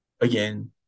Again